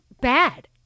bad